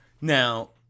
Now